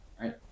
right